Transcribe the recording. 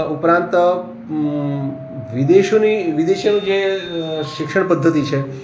ઉપરાંત વિદેશની જે શિક્ષણ પદ્ધતિ છે